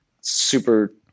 super